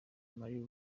maria